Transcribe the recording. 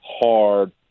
hard